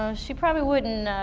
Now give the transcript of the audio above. so she probably wouldn't